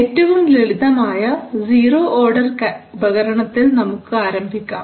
ഏറ്റവും ലളിതമായ zero order ഉപകരണത്തിൽ നമുക്ക് ആരംഭിക്കാം